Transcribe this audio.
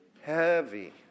heavy